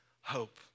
hope